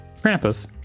Krampus